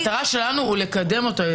המטרה שלנו לקדם את הצעת החוק,